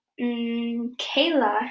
kayla